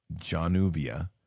Januvia